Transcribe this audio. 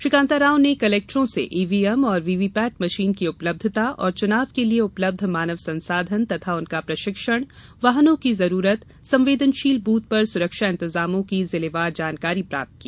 श्री कांताराव ने कलेक्टरों से ईवीएम एवं वीवीपैट मशीन की उपलब्धता और चुनाव के लिए उपलब्ध मानव संसाधन एवं उनका प्रशिक्षण वाहनों की जरूरत संवेदनषीन ब्रथ पर सुरक्षा इंतजामों की जिलेवार जानकारी प्राप्त की